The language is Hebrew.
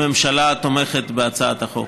הממשלה תומכת בהצעת החוק,